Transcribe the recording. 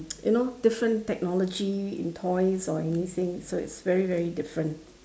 you know different technology in toys or anything so it's very very different